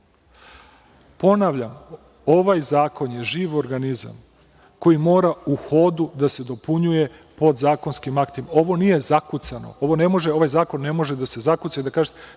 Ponavljam, ovaj zakon je živ organizam koji mora u hodu da se dopunjuje podzakonskim aktima. Ovo nije zakucano. Ovaj zakon ne može da se zakuca i da kažete